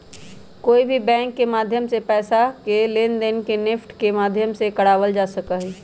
कोई भी बैंक के माध्यम से पैसा के लेनदेन के नेफ्ट के माध्यम से करावल जा सका हई